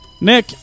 Nick